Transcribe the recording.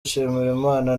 nshimirimana